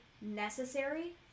necessary